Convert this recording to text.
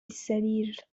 السرير